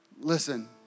Listen